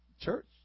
church